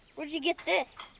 where'd you get this?